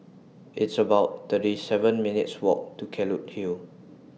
It's about thirty seven minutes' Walk to Kelulut Hill